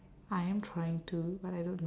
I am trying to but I don't know